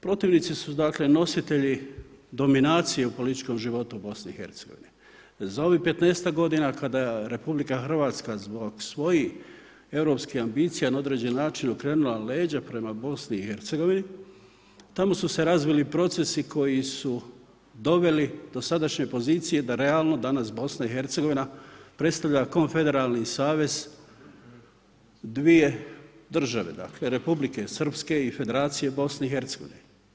Protivnici su dakle nositelji dominacije u političkom životu BiH. za ovih 15-ak godina kada RH zbog svojih europskih ambicija na određen način okrenula leđa prema BiH, tamo su se razvili procesi koji su doveli do sadašnje pozicije da realno danas BiH predstavlja konfederalni savez dvije države, dakle Republike Srpske i federacije Bosne i Hercegovine.